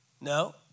No